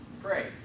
pray